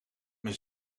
mijn